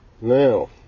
now